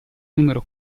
numero